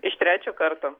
iš trečio karto